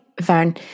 Vern